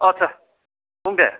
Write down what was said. औ आटसा बुं दे